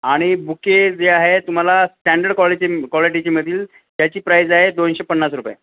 आणि बुके जे आहे तुम्हाला स्टँडर्ड कॉलिटी कॉलिटीचे मिळतील त्याची प्राईज आहे दोनशे पन्नास रुपये